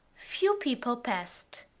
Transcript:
few people passed.